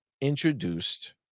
introduced